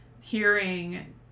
hearing